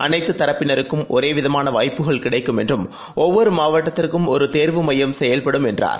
அனைத்துதரப்பினருக்கும் ஒரேவிதமானவாய்ப்புகள் கிடைக்கும் என்றும் ஒவ்வொருமாவட்டத்திற்கும் ஒருதேர்வு மையம் செயல்படும் என்றார்